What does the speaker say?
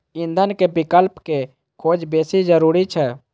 ईंधन के विकल्प के खोज बेसी जरूरी छै